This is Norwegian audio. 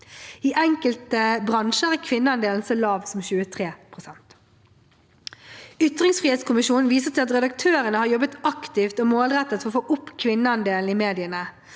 I enkelte bransjer er kvinneandelen så lav som 23 pst. Ytringsfrihetskommisjonen viser til at redaktørene har jobbet aktivt og målrettet for å få opp kvinneandelen i mediene,